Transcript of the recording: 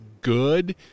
good